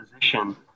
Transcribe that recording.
position